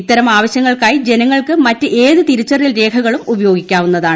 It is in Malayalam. ഇത്തരം ആവശ്യങ്ങൾക്കായി ജനങ്ങൾക്ക് മറ്റ് ഏത് തിരിച്ചറിയൽ രേഖകളും ഉപയോഗിക്കാവുന്നതാണ്